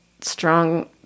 strong